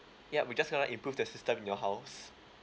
yup we're just gonna improve the system in your house